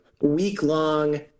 week-long